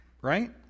Right